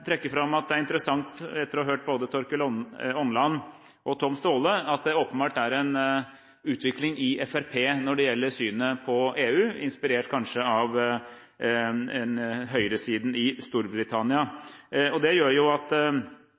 etter å ha hørt både Torkil Åmland og Tom Staahle, vil jeg trekke fram at det åpenbart er en utvikling i Fremskrittspartiet når det gjelder synet på EU – kanskje inspirert av høyresiden i Storbritannia. Det viser, hver gang vi heretter hører om at